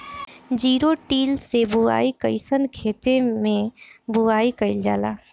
Zero till से बुआई कयिसन खेते मै बुआई कयिल जाला?